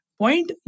point